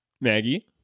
Maggie